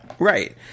Right